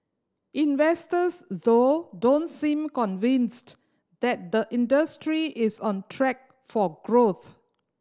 investors though don't seem convinced that the industry is on track for growth